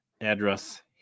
address